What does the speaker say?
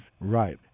right